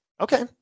Okay